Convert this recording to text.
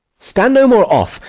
stand no more off,